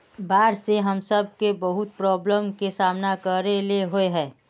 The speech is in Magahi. बाढ में हम सब बहुत प्रॉब्लम के सामना करे ले होय है?